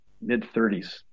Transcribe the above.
mid-30s